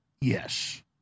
Yes